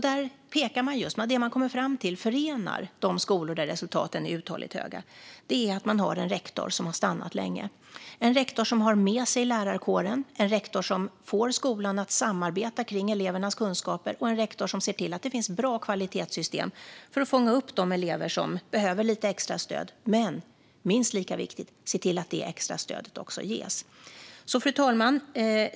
Det som man kommer fram till förenar skolor med uthålligt höga resultat är att de har en rektor som har stannat länge, som har med sig lärarkåren, som får skolan att samarbeta kring elevernas kunskaper och som ser till att det finns bra kvalitetssystem för att fånga upp de elever som behöver lite extra stöd och, minst lika viktigt, ser till att det extra stödet också ges. Fru talman!